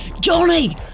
Johnny